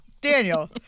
Daniel